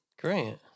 Great